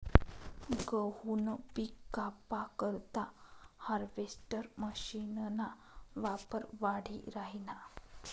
गहूनं पिक कापा करता हार्वेस्टर मशीनना वापर वाढी राहिना